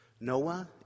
Noah